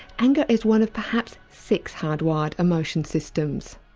anger is one of perhaps six hard-wired emotion systems.